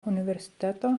universiteto